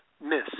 miss